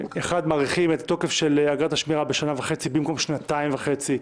מאריכים את התוקף של אגרת השמירה בשנה וחצי במקום בשנתיים וחצי,